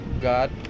God